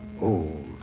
old